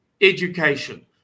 education